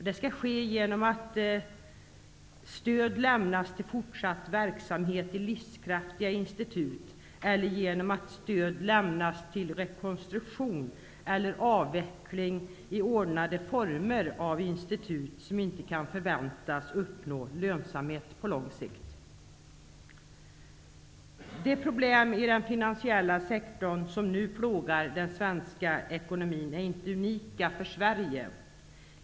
Det skall ske genom att stöd lämnas till fortsatt verksamhet i livskraftiga institut eller genom att stöd lämnas till rekonstruktion eller avveckling i ordnade former av institut som inte kan förväntas uppnå lönsamhet på lång sikt. De problem i den finansiella sektorn som nu plågar den svenska ekonomin är inte unika för Sverige.